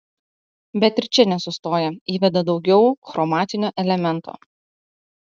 bet ir čia nesustoja įveda daugiau chromatinio elemento